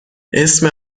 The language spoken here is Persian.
اسم